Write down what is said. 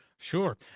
Sure